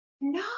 no